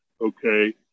okay